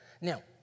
Now